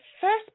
first